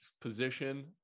position